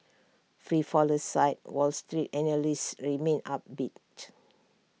free fall aside wall street analysts remain upbeat